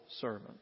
servant